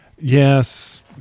yes